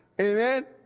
Amen